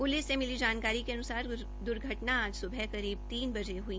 police से मिली जानकारी के अनुसार द्र्घटना आज सुबह करीब तीन बजे ह्ई